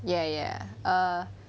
ya ya err